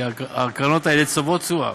כי הקרנות האלה צוברות תשואה.